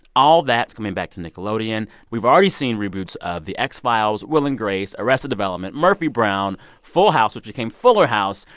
all that is coming back to nickelodeon. we've already seen reboots of the x-files, will and grace, arrested development, murphy brown, full house, which became fuller house,